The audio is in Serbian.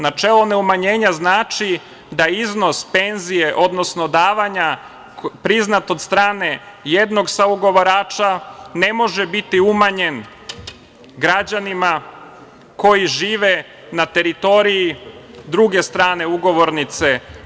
Načelo neumanjenja znači da iznos penzije, odnosno davanja priznata od strane jednog saugovarača ne može biti umanjeno građanima koji žive na teritoriji druge strane ugovornice.